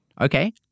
Okay